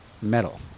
metal